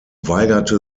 weigerte